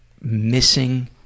missing